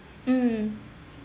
mm